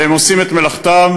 והם עושים את מלאכתם.